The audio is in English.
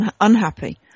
unhappy